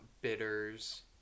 bitters